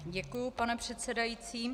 Děkuji, pane předsedající.